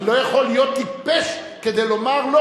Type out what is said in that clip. אני לא יכול להיות טיפש כדי לומר לו,